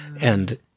And-